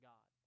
God